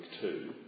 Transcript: two